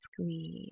squeeze